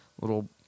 little